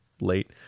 late